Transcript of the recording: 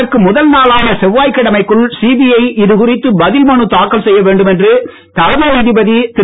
அதற்கு முதல் நாளான செவ்வாய் கிழமைக்குள் சிபிஐ இதுகுறித்து பதில் மனு தாக்கல் செய்ய வேண்டும் என்று தலைமை நீதிபதி திரு